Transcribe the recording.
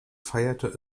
feierte